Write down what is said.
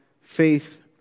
faith